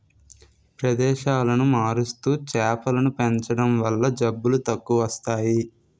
ప్రదేశాలను మారుస్తూ చేపలను పెంచడం వల్ల జబ్బులు తక్కువస్తాయి